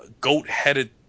goat-headed